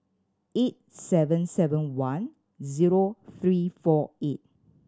eight seven seven one zero three four eight